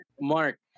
Mark